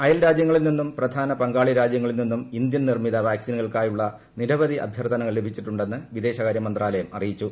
അയൽരാജൃങ്ങളിൽ നിന്നും പ്രധാന പങ്കാളി രാജ്യങ്ങളിൽ നിന്നും ഇന്ത്യൻ നിർമ്മിത വാക്സിനുകൾക്കായുള്ള നിരവധി അഭ്യർത്ഥനകൾ ലഭിച്ചിട്ടുണ്ടെന്ന് പ്ലിദേശകാര്യ മന്ത്രാലയം അറിയിച്ചു